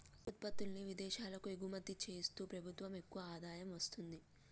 tea ఉత్పత్తుల్ని విదేశాలకు ఎగుమతి చేస్తూ ప్రభుత్వం ఎక్కువ ఆదాయం వస్తుంది